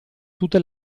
tutte